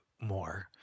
more